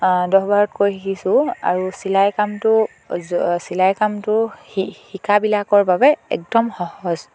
দহবাৰতকৈ শিকিছোঁ আৰু চিলাই কামটো চিলাই কামটো শিকাবিলাকৰ বাবে একদম সহজ